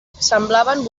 semblaven